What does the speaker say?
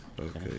Okay